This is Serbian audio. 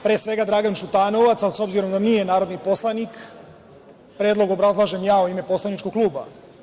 Pre svega, Dragan Šutanovac, ali s obzirom da nije narodni poslanik, Predlog obrazlažem ja u ime poslaničkog kluba.